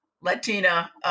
Latina